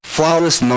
Flawless